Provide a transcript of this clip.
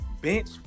Bench